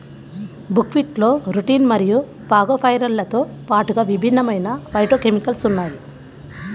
బుక్వీట్లో రుటిన్ మరియు ఫాగోపైరిన్లతో పాటుగా విభిన్నమైన ఫైటోకెమికల్స్ ఉన్నాయి